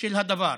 של הדבר.